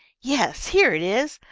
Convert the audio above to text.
yes, here it is.